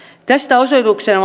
tästä osoituksena